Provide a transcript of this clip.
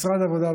משרד העבודה,